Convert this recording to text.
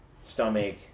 stomach